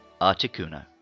Articuno